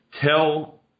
tell